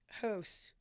Host